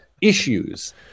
issues